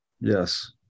Yes